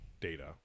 data